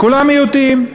כולם מיעוטים.